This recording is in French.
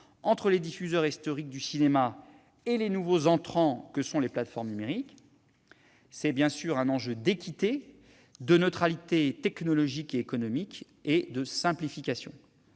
entre les diffuseurs « historiques » du cinéma et les nouveaux entrants que sont les plateformes numériques. C'est un enjeu d'équité, de neutralité technologique et économique et de simplification.